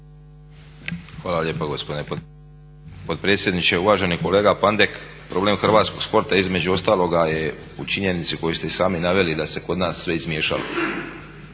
Hvala lijepo gospodine potpredsjedniče. Uvaženi kolega Pandek, problem hrvatskog sporta između ostaloga je u činjenici koju ste i sami naveli da se kod nas sve izmiješalo,